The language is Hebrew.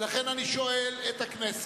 ולכן אני שואל את הכנסת: